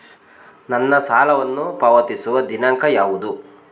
ನನ್ನ ಸಾಲವನ್ನು ಪಾವತಿಸುವ ದಿನಾಂಕ ಯಾವುದು?